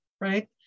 right